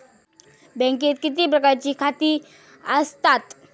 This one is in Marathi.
बँकेत किती प्रकारची खाती आसतात?